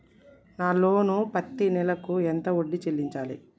నా లోను పత్తి నెల కు ఎంత వడ్డీ చెల్లించాలి?